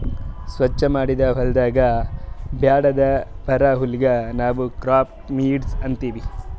ಸ್ವಚ್ ಮಾಡಿದ್ ಹೊಲದಾಗ್ ಬ್ಯಾಡದ್ ಬರಾ ಹುಲ್ಲಿಗ್ ನಾವ್ ಕ್ರಾಪ್ ವೀಡ್ಸ್ ಅಂತೀವಿ